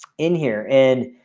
in here and.